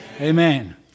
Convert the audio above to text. Amen